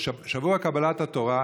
בשבוע קבלת התורה,